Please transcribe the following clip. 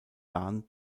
dan